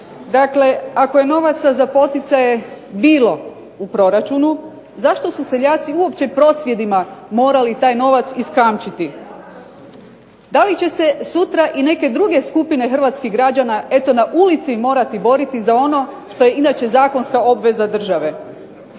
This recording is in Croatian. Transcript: Dakle, ako je novaca bilo u proračunu, zašto su seljaci uopće prosvjedima morali taj novac iskamčiti. DA li će se sutra i neke druge skupine građana eto na ulici morati boriti za ono što je inače zakonska obveza države.